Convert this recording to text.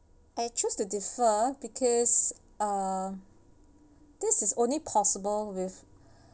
I choose to differ because uh this is only possible with uh the